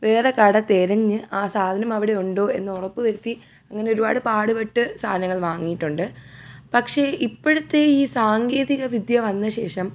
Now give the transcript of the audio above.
വേറെ കട തിരഞ്ഞ് ആ സാധനം അവിടെ ഉണ്ടോ എന്ന് ഉറപ്പ് വരുത്തി അങ്ങനെ ഒരുപാട് പാടുപെട്ട് സാധനങ്ങൾ വാങ്ങിയിട്ടുണ്ട് പക്ഷേ ഇപ്പൊഴത്തെ ഈ സാങ്കേതികവിദ്യ വന്നതിന് ശേഷം